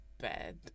bed